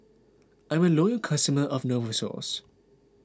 I'm a loyal customer of Novosource